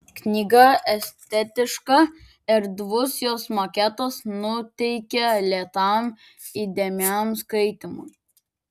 knyga estetiška erdvus jos maketas nuteikia lėtam įdėmiam skaitymui